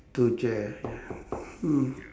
two chair ya mm